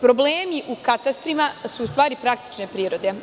Problemi u katastrima su u stvari praktične prirode.